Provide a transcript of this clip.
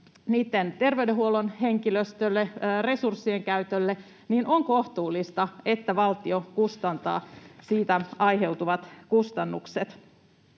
niitten terveydenhuollon henkilöstölle, resurssien käytölle. On kohtuullista, että valtio kustantaa siitä aiheutuvat kustannukset.